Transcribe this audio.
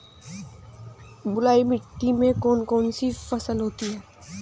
बलुई मिट्टी में कौन कौन सी फसल होती हैं?